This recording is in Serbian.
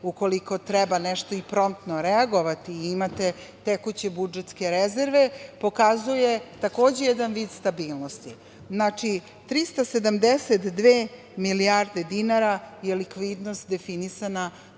ukoliko treba nešto i promptno reagovali, imate tekuće budžetske rezerve, što pokazuje takođe jedan vid stabilnosti. Znači, 372 milijarde dinara je likvidnost definisana